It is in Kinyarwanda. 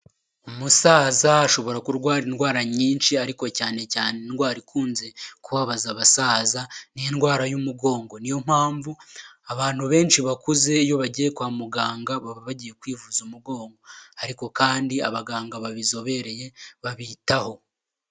Umusaza ashobora kurwara indwara nyinshi ariko cyane cyane indwara ikunze kubabaza abasaza n'indwara y'umugongo niyo mpamvu abantu benshi bakuze iyo bagiye kwa muganga baba bagiye kwivuza umugongo ariko kandi abaganga babizobereye babitaho.